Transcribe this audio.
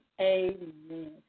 Amen